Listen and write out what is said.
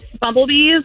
bumblebees